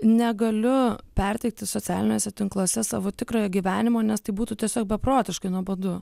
negaliu perteikti socialiniuose tinkluose savo tikrojo gyvenimo nes tai būtų tiesiog beprotiškai nuobodu